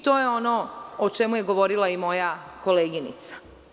To je ono o čemu je govorila moja koleginica.